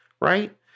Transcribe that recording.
right